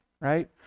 right